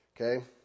okay